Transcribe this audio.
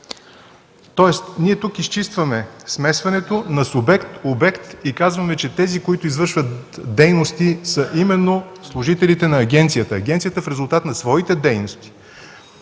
Тоест ние тук изчистваме смесването на субект, обект и казваме, че тези, които извършват дейности, са именно служителите на агенцията. Агенцията в резултат на своите дейности